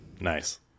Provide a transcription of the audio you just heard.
nice